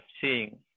seeing